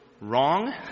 wrong